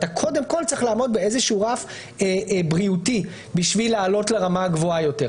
אתה קודם כל צריך לעמוד באיזשהו רף בריאותי כדי לעלות לרמה הגבוהה יותר,